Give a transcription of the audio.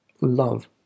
love